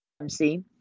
MC